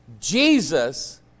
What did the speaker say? Jesus